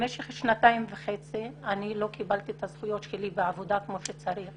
במשך שנתיים וחצי אני לא קיבלתי את הזכויות שלי בעבודה כמו שצריך.